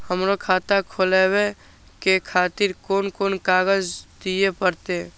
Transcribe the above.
हमरो खाता खोलाबे के खातिर कोन कोन कागज दीये परतें?